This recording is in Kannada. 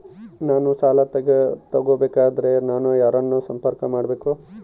ನಾನು ಸಾಲ ತಗೋಬೇಕಾದರೆ ನಾನು ಯಾರನ್ನು ಸಂಪರ್ಕ ಮಾಡಬೇಕು?